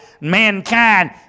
mankind